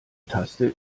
taste